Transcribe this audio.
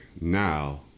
now